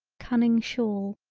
cunning shawl,